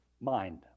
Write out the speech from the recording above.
mind